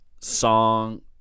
song